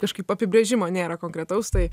kažkaip apibrėžimo nėra konkretaus tai